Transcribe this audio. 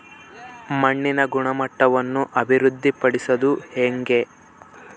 ಮಣ್ಣಿನ ಗುಣಮಟ್ಟವನ್ನು ಅಭಿವೃದ್ಧಿ ಪಡಿಸದು ಹೆಂಗೆ?